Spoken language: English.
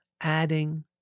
adding